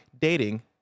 dating